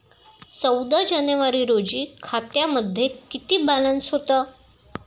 चौदा जानेवारी रोजी खात्यामध्ये किती बॅलन्स होता?